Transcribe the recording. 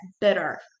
bitter